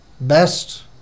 best